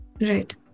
Right